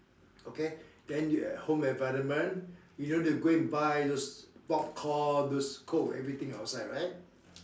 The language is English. okay then you at home environment you don't have to go and buy those popcorn those coke everything outside right